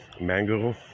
mango